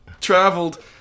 traveled